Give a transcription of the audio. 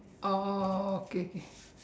oh okay okay